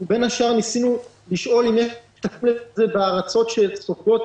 בין השאר ניסינו לשאול אם יש תיקון כזה בארצות שסופגות